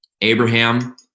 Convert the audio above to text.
Abraham